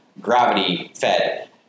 gravity-fed